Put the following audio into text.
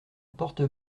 porte